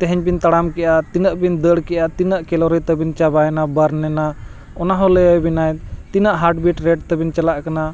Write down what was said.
ᱛᱮᱦᱮᱧ ᱵᱮᱱ ᱛᱟᱲᱟᱢ ᱠᱮᱜᱼᱟ ᱛᱤᱱᱟᱹᱜ ᱵᱤᱱ ᱫᱟᱹᱲ ᱠᱮᱜᱼᱟ ᱛᱤᱱᱟᱹᱜ ᱠᱮᱞᱳᱨᱤ ᱛᱟᱹᱵᱤᱱ ᱪᱟᱵᱟᱭᱮᱱᱟ ᱵᱟᱨᱮᱱᱟ ᱚᱱᱟᱦᱚᱸ ᱞᱟᱹᱭᱟᱵᱤᱱᱟᱭ ᱛᱤᱱᱟᱹᱜ ᱦᱟᱴ ᱵᱤᱴ ᱨᱮᱴ ᱛᱮᱵᱤᱱ ᱪᱟᱞᱟᱜ ᱠᱟᱱᱟ